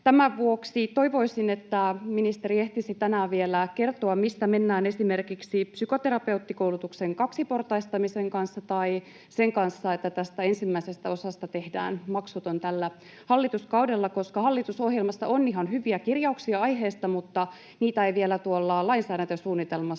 Tämän vuoksi toivoisin, että ministeri ehtisi tänään vielä kertoa, missä mennään esimerkiksi psykoterapeuttikoulutuksen kaksiportaistamisen kanssa tai sen kanssa, että tästä ensimmäisestä osasta tehdään maksuton tällä hallituskaudella, koska hallitusohjelmassa on ihan hyviä kirjauksia aiheesta mutta niitä ei vielä esimerkiksi tuolla lainsäädäntösuunnitelmassa